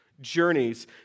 journeys